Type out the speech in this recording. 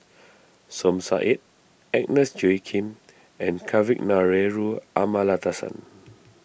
Som Said Agnes Joaquim and Kavignareru Amallathasan